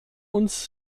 uns